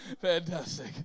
Fantastic